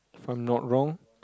if I'm not wrong